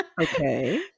okay